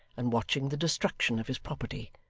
and watching the destruction of his property,